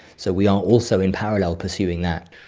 so we are also in parallel pursuing that.